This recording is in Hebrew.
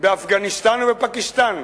באפגניסטן ובפקיסטן?